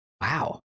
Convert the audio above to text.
Wow